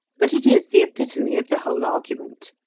but it is the epitome of the whole argument.